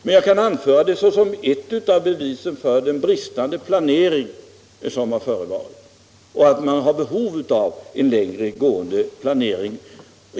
Men jag kan anföra utvecklingen inom varven som bevis för en bristande planering och också som ett bevis för behov av en längre gående planering.